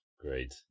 Great